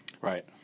Right